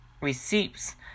Receipts